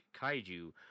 kaiju